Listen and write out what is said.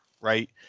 right